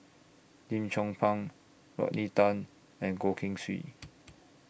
Lim Chong Pang Rodney Tan and Goh Keng Swee